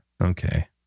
Okay